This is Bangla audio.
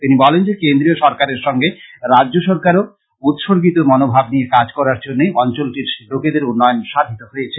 তিনি বলেন যে কেন্দ্রীয় সরকারের সঙ্গে রাজ্যসরকার ও উৎসর্গিত মনোভাব নিয়ে কাজ করার জন্য অঞ্চলটির লোকেদের উন্নয়ন সাধিত হয়েছে